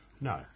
no